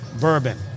bourbon